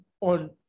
on